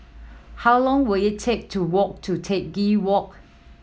how long will it take to walk to Teck Walk